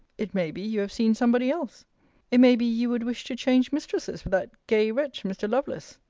it may be you have seen somebody else it may be you would wish to change mistresses with that gay wretch mr. lovelace.